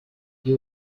you